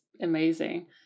amazing